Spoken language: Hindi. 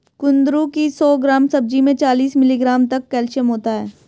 कुंदरू की सौ ग्राम सब्जी में चालीस मिलीग्राम तक कैल्शियम होता है